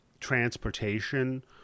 transportation